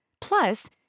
plus